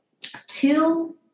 two